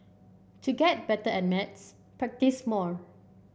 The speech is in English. to get better at maths practise more